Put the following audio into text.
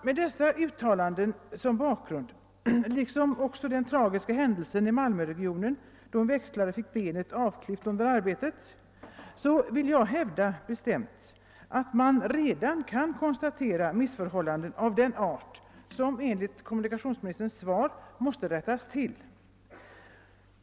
Med dessa uttalanden som bakgrund liksom också den tragiska händelsen i Malmöregionen, då en växlare fick benet avklippt under arbetet, hävdar jag bestämt att man redan kan konstatera missförhållanden av den art som enligt kommunikationsministerns svar måste rättas till.